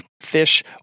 fish